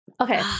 okay